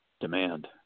demand